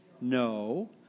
no